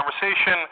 conversation